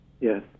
Yes